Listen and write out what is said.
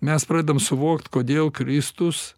mes pradedam suvokt kodėl kristus